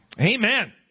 Amen